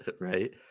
Right